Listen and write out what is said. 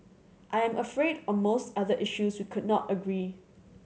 I am afraid on most other issues could not agree